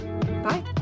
Bye